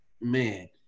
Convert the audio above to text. man